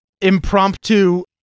impromptu